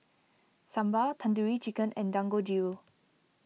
Sambar Tandoori Chicken and Dangojiru